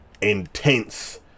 intense